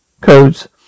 Codes